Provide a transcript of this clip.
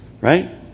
Right